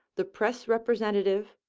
the press representative,